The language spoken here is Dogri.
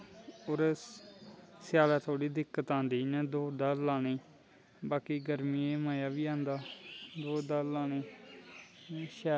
फिर स्यालैं इयां दिक्कत आंदी थोह्ड़ी दौड़ दाड़ लानें गी बाकी गर्मियें मज़ा बी आंदा दौड़ दाड़ लानें गी इयां शैल